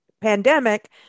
pandemic